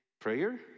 prayer